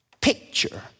picture